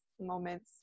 moments